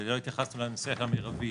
ולא התייחסתי אולי לנושא המרבי.